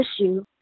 issue